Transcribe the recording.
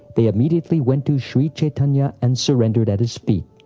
they immediately went to shri chaitanya and surrendered at his feet.